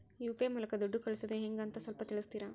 UPI ಮೂಲಕ ದುಡ್ಡು ಕಳಿಸೋದ ಹೆಂಗ್ ಅಂತ ಸ್ವಲ್ಪ ತಿಳಿಸ್ತೇರ?